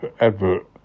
advert